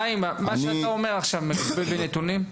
חיים, מה שאתה אומר עכשיו, מגובה בנתונים?